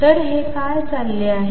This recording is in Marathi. तर हे काय चालले आहे